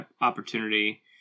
opportunity